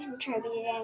contributing